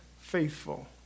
faithful